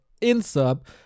insub